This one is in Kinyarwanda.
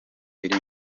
iri